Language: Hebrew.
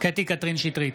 קטי קטרין שטרית,